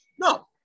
No